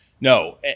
No